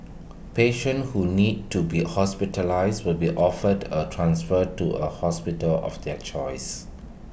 patients who need to be hospitalised will be offered A transfer to A hospital of their choice